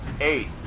eight